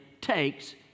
takes